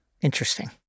Interesting